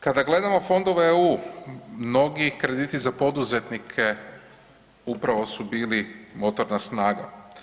Kada gledamo fondove EU, mnogi krediti za poduzetnike upravo su bili motorna snaga.